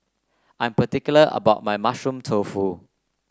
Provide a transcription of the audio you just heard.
I'm particular about my Mushroom Tofu